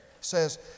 says